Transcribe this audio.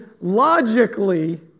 logically